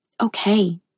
okay